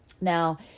Now